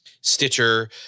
Stitcher